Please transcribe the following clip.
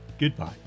goodbye